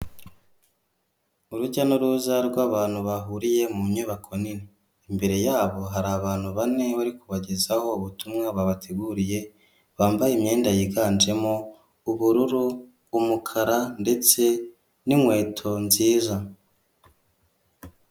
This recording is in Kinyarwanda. Urujya n'uruza rw'abantu bahuriye mu nyubako nini. Imbere yabo hari abantu bane bari kubagezaho ubutumwa babateguriye, bambaye imyenda yiganjemo ubururu, umukara ndetse n'inkweto nziza.